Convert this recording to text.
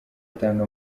atanga